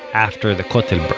after the kotel